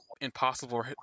impossible